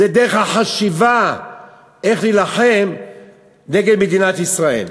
זו דרך החשיבה איך להילחם נגד מדינת ישראל.